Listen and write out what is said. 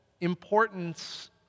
importance